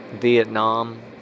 Vietnam